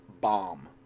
bomb